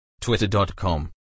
Twitter.com